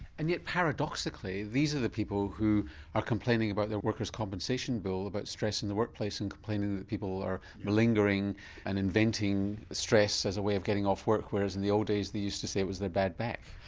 and yet paradoxically these are the people who are complaining about their worker's compensation bill about stress in the workplace and complaining that people are malingering and inventing stress as a way of getting off work. whereas in the old days they used to say it was their bad back.